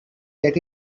that